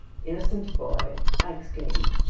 innocent boy! i exclaimed.